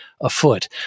afoot